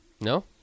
No